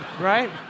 Right